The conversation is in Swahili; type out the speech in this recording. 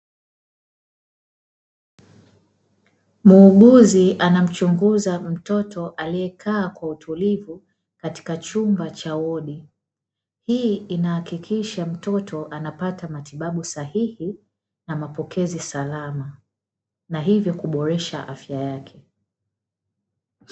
Muuguzi anamchunguza mtoto aliyekaa kwa utulivu katika chumba cha wodi, hii inahakikisha mtoto anapata matibabu sahihi na mapokezi salama, na hivyo kuboresha afya yake.